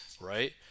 right